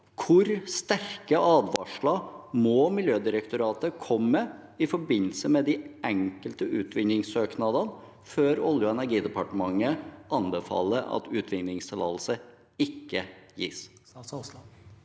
Hvor sterke advarsler må Miljødirektoratet komme med i forbindelse med de enkelte utvinningssøknadene før Energidepartementet anbefaler at utvinningstillatelse ikke gis?